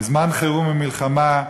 בזמן חירום ומלחמה,